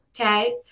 okay